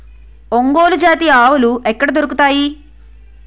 ఒంగోలు జాతి ఆవులు ఎక్కడ దొరుకుతాయి?